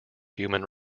human